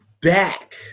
back